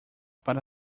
para